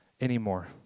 anymore